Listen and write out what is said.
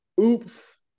oops